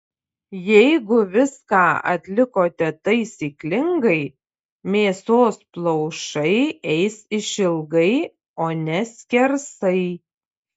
jeigu viską atlikote taisyklingai mėsos plaušai eis išilgai o ne skersai